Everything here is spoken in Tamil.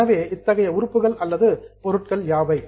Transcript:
எனவே இத்தகைய உறுப்புகள் அல்லது பொருட்கள் யாவை